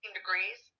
degrees